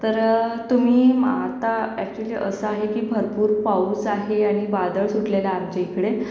तर तुम्ही आता ॲक्चुअली असं आहे की भरपूर पाऊस आहे आणि वादळ सुटलेलं आमच्या इकडे